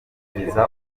gihirahiro